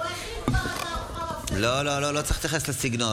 לא צריך להתייחס לסגנון,